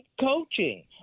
coaching